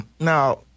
Now